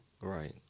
Right